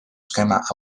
schema